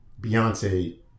Beyonce